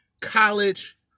college